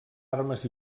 armes